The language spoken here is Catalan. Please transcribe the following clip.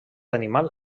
animal